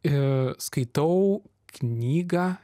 ir skaitau knygą